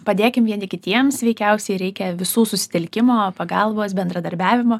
padėkim vieni kitiems veikiausiai reikia visų susitelkimo pagalbos bendradarbiavimo